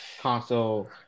console